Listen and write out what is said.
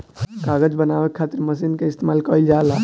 कागज बनावे के खातिर मशीन के इस्तमाल कईल जाला